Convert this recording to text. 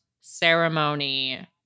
ceremony